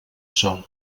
sol